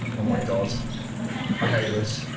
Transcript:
oh my god i hate this